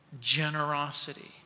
generosity